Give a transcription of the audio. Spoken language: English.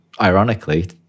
ironically